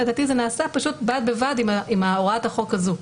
לדעתי, זה נעשה פשוט בד בבד עם הוראת החוק הזו.